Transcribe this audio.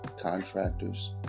contractors